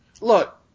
Look